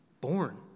born